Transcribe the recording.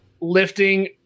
lifting